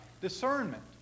Discernment